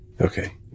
Okay